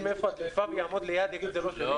לא,